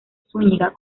zúñiga